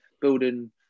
building